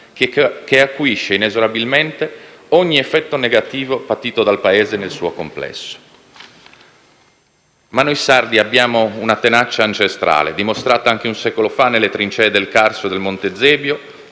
che acuisce inesorabilmente ogni effetto negativo patito dal Paese nel suo complesso. Ma noi sardi abbiamo una tenacia ancestrale, dimostrata anche un secolo fa nelle trincee del Carso e del Monte Zebio,